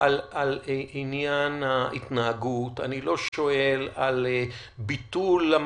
על עניין ההתנהגות, אני לא שואל על ביטול המגפה,